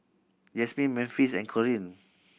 Jazmin Memphis and Corrine